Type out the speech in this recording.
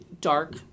Dark